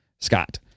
Scott